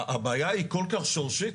הבעיה היא כל כך שורשית